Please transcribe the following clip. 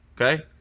Okay